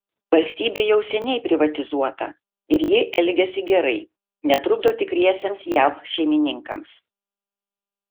valstybė jau seniai privatizuota ir ji elgiasi gerai netrukdo tikriesiems jav šeimininkams